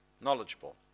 knowledgeable